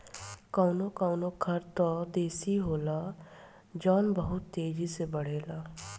कवनो कवनो खर त देसी होला जवन बहुत तेजी बड़ेला